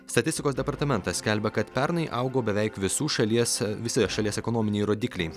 statistikos departamentas skelbia kad pernai augo beveik visų šalies visi šalies ekonominiai rodikliai